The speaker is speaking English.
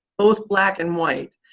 both black and white,